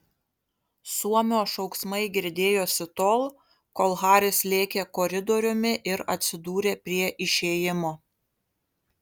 suomio šauksmai girdėjosi tol kol haris lėkė koridoriumi ir atsidūrė prie išėjimo